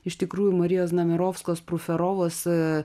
iš tikrųjų marijos namirovskos pruferovos